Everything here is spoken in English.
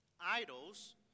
Idols